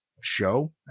show